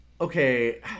okay